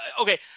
okay